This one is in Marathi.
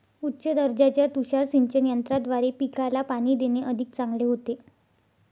उच्च दर्जाच्या तुषार सिंचन यंत्राद्वारे पिकाला पाणी देणे अधिक चांगले होते